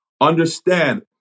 understand